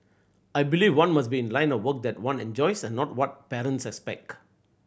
I believe one must be in a line of work that one enjoys and not what parents expect